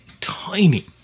tiny